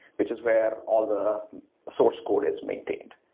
which is where all the source code is maintained.